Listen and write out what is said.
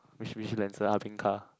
Mitsubishi Lancer ah beng car